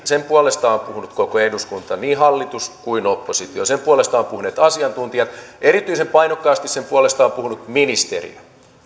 sen puolesta on puhunut koko eduskunta niin hallitus kuin oppositio sen puolesta ovat puhuneet asiantuntijat erityisen painokkaasti sen puolesta on puhunut ministeri